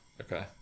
Okay